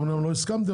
אתם אומנם לא הסכמתם,